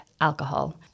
alcohol